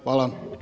Hvala.